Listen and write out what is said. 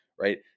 right